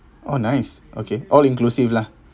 oh nice okay all inclusive lah